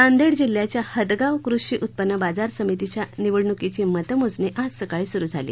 नांदेड जिल्ह्यच्या हदगाव कृषि उत्पन्न बाजार समितीच्या निवडणूकीची मतमोजणी आज सकाळी सुरू झाली